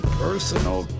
personal